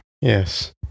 Yes